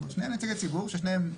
למה לא?